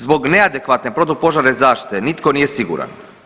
Zbog neadekvatne protupožarne zaštite nitko nije siguran.